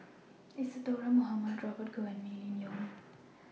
Isadhora Mohamed Robert Goh and Mylene Ong